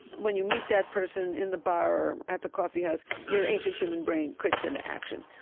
when you meet that person in the bar or at the coffee house, your ancient human brain clicks into action,